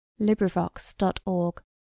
LibriVox.org